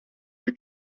your